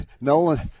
Nolan